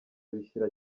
bishyira